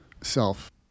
self